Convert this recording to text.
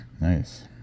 Nice